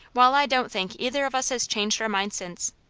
while i don't think either of us has changed our mind since.